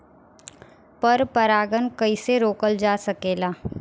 पर परागन कइसे रोकल जा सकेला?